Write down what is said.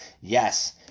Yes